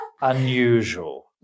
unusual